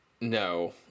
No